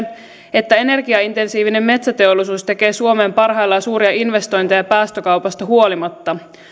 että energiaintensiivinen metsäteollisuus tekee suomeen parhaillaan suuria investointeja päästökaupasta huolimatta